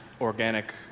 organic